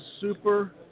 super